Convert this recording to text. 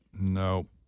No